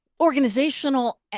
organizational